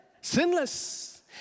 sinless